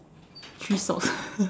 three socks